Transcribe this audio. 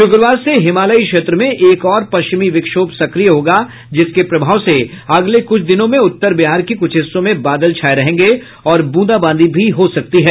शुक्रवार से हिमालयी क्षेत्र में एक और पश्चिमी विक्षोभ सक्रिय होगा जिसके प्रभाव से अगले कुछ दिनों में उत्तर बिहार के कुछ हिस्सों में बादल छाये रहेंगे और ब्रंदाबांदी भी हो सकती है